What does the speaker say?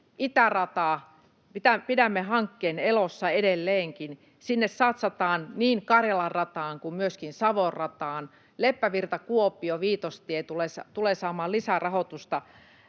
Itäratahankkeen pidämme elossa edelleenkin. Sinne satsataan niin Karjalan rataan kuin myöskin Savon rataan. Leppävirta—Kuopio-väli Viitostiellä tulee saamaan lisärahoitusta.